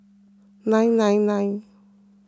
nine nine nine